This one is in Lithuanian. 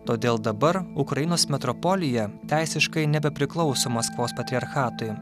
todėl dabar ukrainos metropolija teisiškai nebepriklauso maskvos patriarchatui